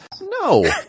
No